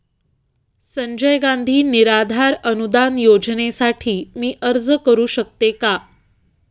संजय गांधी निराधार अनुदान योजनेसाठी मी अर्ज करू शकते का?